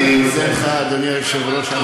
אני מודה לך, אדוני היושב-ראש.